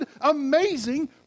amazing